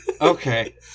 okay